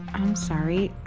i'm sorry,